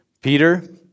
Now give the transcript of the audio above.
Peter